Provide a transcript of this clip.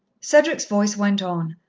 cedric's voice went on,